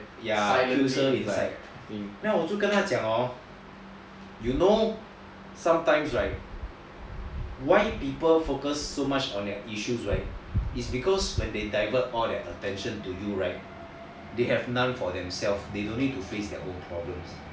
ya it kills her inside 那我就跟他讲 hor you know sometimes right why people focus so much on their issues right is because when they divert all their attention to you right they have none on themselves to face their own problems